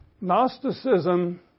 Gnosticism